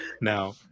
Now